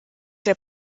der